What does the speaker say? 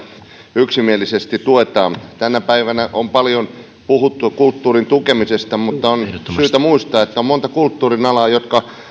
yksimielisesti tuetaan tänä päivänä on paljon puhuttu kulttuurin tukemisesta mutta on syytä muistaa että on monta kulttuurin alaa jotka